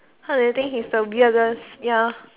what do you think he's the weirdest ya